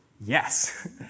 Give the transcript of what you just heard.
Yes